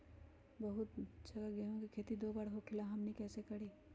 बहुत जगह गेंहू के खेती दो बार होखेला हमनी कैसे करी?